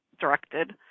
directed